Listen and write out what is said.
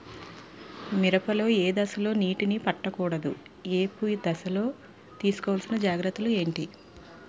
మిరప లో ఏ దశలో నీటినీ పట్టకూడదు? ఏపు దశలో తీసుకోవాల్సిన జాగ్రత్తలు ఏంటి?